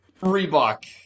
Reebok